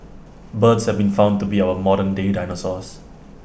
birds have been found to be our modernday dinosaurs